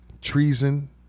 treason